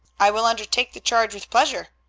i will undertake the charge with pleasure.